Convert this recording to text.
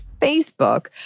Facebook